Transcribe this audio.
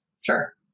sure